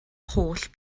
holl